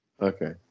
Okay